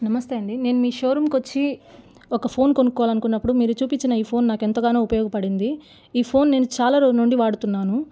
నమస్తే అండి నేను మీ షోరూంకి వచ్చి ఒక ఫోన్ కొనుక్కోవాలనుకున్నప్పుడు మీరు చూపించిన ఈ ఫోన్ నాకు ఎంతగానో ఉపయోగపడింది ఈ ఫోన్ నేను చాలా రోజుల నుండి వాడుతున్నాను